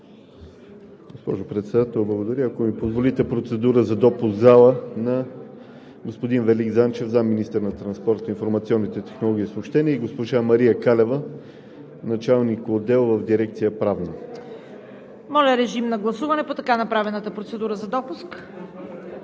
Моля, режим на гласуване по така направената процедура за допуск.